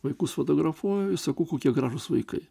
vaikus fotografuoju sakau kokie gražus vaikai